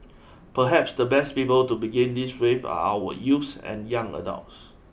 perhaps the best people to begin this with are our youths and young adults